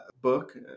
book